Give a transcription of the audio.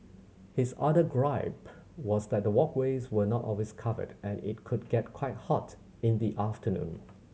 his other gripe was that the walkways were not always covered and it could get quite hot in the afternoon